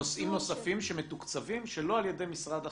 נושאים נוספים שמתוקצבים שלא על ידי משרד החינוך?